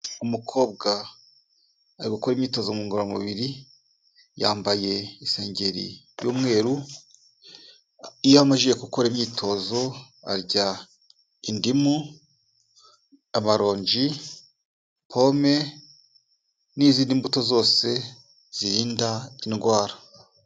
Umukobwa ari gukora imyitozo ngororamubiri yambaye isengeri y'umweru, iyo amajije gukora imyitozo arya indimu, amaronji, pome n'izindi mbuto zose zirinda indwara.